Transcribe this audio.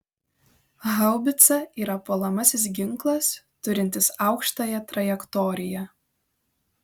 haubica yra puolamasis ginklas turintis aukštąją trajektoriją